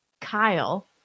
Kyle